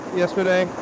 yesterday